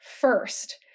first